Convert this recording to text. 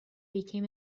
became